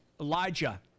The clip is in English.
Elijah